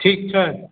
ठीक छै